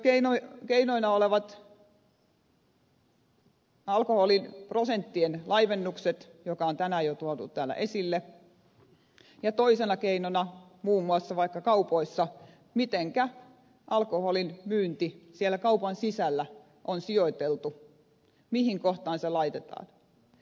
meillä keinoina on myös alkoholiprosenttien laimennus joka on tänään jo tuotu täällä esille ja toisena keinona muun muassa vaikka kaupoissa se mitenkä alkoholin myynti siellä kaupan sisällä on sijoiteltu mihin kohtaan se laitetaan